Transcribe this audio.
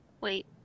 Wait